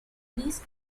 least